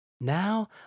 Now